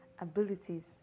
abilities